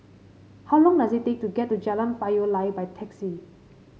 how long does it take to get to Jalan Payoh Lai by taxi